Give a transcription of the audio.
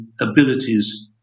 abilities